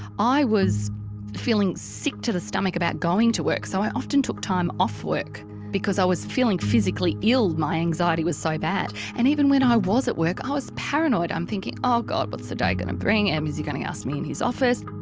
i was feeling sick to the stomach about going to work, so i often took time off work because i was feeling physically ill, my anxiety was so bad. and even when i was at work, i was paranoid. i'm thinking, oh god, what's the day going to bring? is he going to ask me in his office?